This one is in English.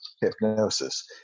Hypnosis